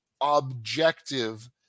objective